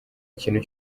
ikintu